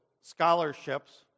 scholarships